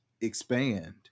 expand